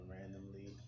randomly